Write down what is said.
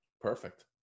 Perfect